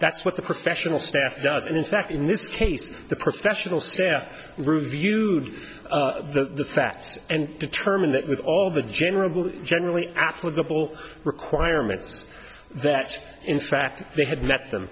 that's what the professional staff does and in fact in this case the professional staff reviewed the facts and determined that with all the general generally applicable requirements that in fact they had met them